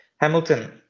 Hamilton